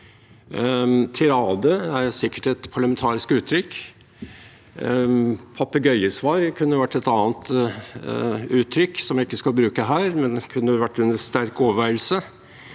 «Tirade» er sikkert et parlamentarisk uttrykk. «Papegøyesvar» kunne vært et annet uttrykk, som jeg ikke skal bruke her, men som kunne vært under sterk overveielse.